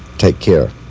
take care.